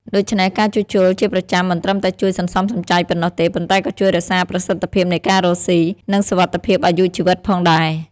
ដូច្នេះ ការជួសជុលជាប្រចាំមិនត្រឹមតែជួយសន្សំសំចៃប៉ុណ្ណោះទេ ប៉ុន្តែក៏ជួយរក្សាប្រសិទ្ធភាពនៃការរកស៊ី និងសុវត្ថិភាពអាយុជីវិតផងដែរ។